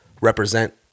represent